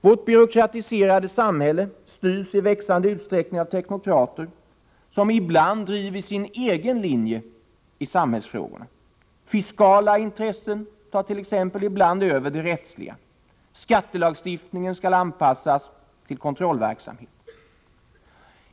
Vårt byråkratiserade samhälle styrs i växande utsträckning av teknokrater, som ibland driver sin egen linje i samhällsfrågorna, exempelvis att de fiskala intressena ibland får ta över de rättsliga. Skattelagstiftningen skall anpassas till kontrollverksamheten.